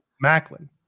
Macklin